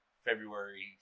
February